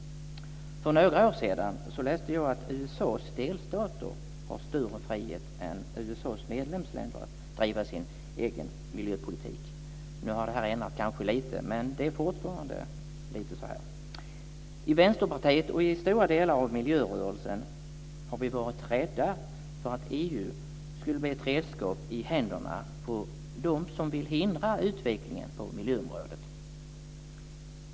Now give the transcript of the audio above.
För några år sedan läste jag att USA:s delstater har större frihet än EU:s medlemsländer att driva sin egen miljöpolitik. Nu har detta kanske ändrats lite, men det är fortfarande lite grann så här. I Vänsterpartiet och inom stora delar av miljörörelsen har vi varit rädda för att EU skulle bli ett redskap i händerna på dem som vill hindra utvecklingen på miljöområdet.